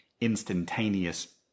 instantaneous